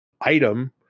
item